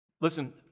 Listen